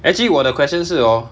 actually 我的 question 是 hor